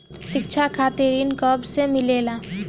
शिक्षा खातिर ऋण कब से मिलेला?